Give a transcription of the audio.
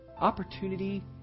Opportunity